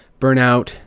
Burnout